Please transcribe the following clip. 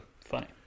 funny